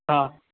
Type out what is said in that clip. हा